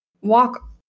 walk